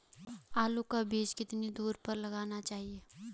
आलू का बीज कितनी दूरी पर लगाना चाहिए?